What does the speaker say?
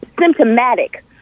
symptomatic